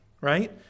right